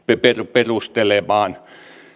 perustelemaan